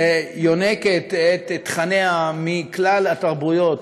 שיונקת את תכניה מכלל התרבויות